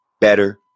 better